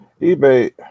eBay